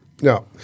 No